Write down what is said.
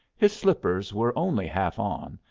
his slippers were only half on,